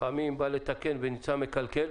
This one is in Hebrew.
לפעמים בא לתקן ונמצא מקלקל.